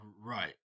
Right